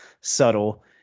subtle